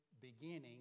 beginning